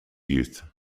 youth